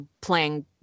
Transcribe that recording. playing